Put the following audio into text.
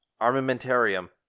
armamentarium